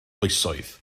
oesoedd